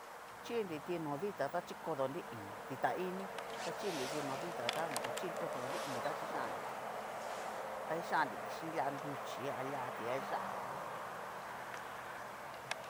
Chinriti no dita ta chikodonri i'ín, dita ini ta chinriti no dita ta ho o on. chikodonri i'ín ta kichannriti, a kixhannriti xhín lia nruchí, a lia tiaya'a.